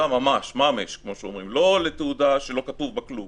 ממש ולא לתעודה שלא כתוב בה כלום,